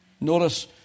Notice